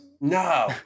No